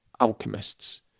alchemists